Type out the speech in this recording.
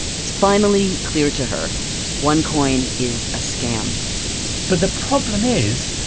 it's finally clear to her onecoin is a scam but the problem is,